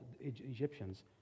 Egyptians